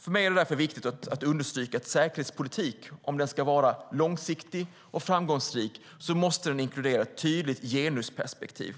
För mig är det därför viktigt att understryka att säkerhetspolitik, om den ska vara långsiktig och framgångsrik, måste inkludera ett tydligt genusperspektiv.